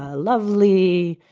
ah lovely,